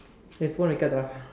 eh phone வைக்காதேடா:vaikkaatheedaa